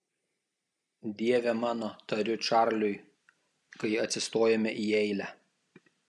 dieve mano tariu čarliui kai atsistojame į eilę